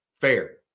Fair